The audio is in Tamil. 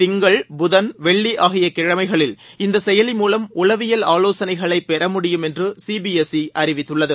திங்கள் புதன் வெள்ளி ஆகிய கிழமைகளில் இந்த செயலி மூலம் உளவியல் ஆலோசனைகளை பெறமுடியும் என்று சி பி எஸ் இ அறிவித்துள்ளது